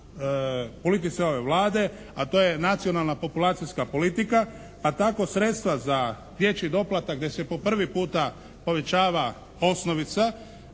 politici ove Vlade, a to je nacionalna populacijska politika, pa tako sredstva za dječji doplatak gdje se po prvi puta povećava osnovica